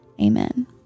Amen